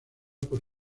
por